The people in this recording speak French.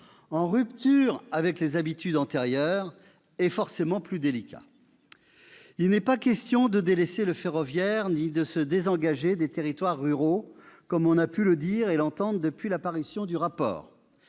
en rupture avec les habitudes antérieures, est forcément plus délicat. Il n'est pas question de délaisser le ferroviaire ni de se désengager des territoires ruraux, comme on a pu l'entendre dire depuis la parution du rapport.